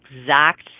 exact